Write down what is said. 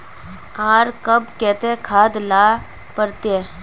आर कब केते खाद दे ला पड़तऐ?